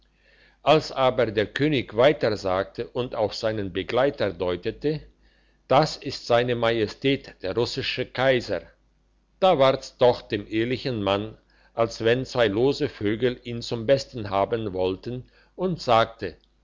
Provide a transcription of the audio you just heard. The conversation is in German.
als aber der könig weiter sagte und auf seinen begleiter deutete dies ist se majestät der russische kaiser da war's doch dem ehrlichen mann als wenn zwei lose vögel ihn zum besten haben wollten und sagte